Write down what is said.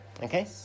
Okay